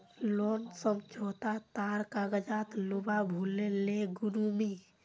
loan समझोता तार कागजात लूवा भूल ले गेनु मि